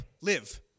live